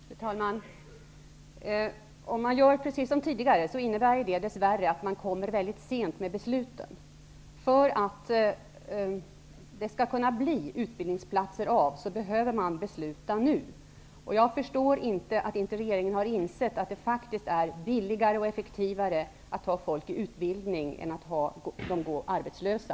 Fru talman! Om man gör precis som tidigare, innebär det dess värre att man kommer väldigt sent med besluten. För att det skall kunna bli utbildningsplatser av, behöver man besluta nu. Jag förstår inte att inte regeringen har insett att det faktiskt är billigare och effektivare att ha folk i utbildning än att låta dem gå arbetslösa.